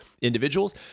individuals